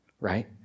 Right